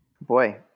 Boy